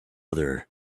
other